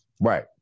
Right